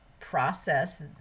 process